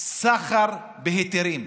"סחר בהיתרים".